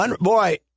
Boy